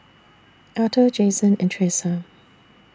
Alto Jasen and Thresa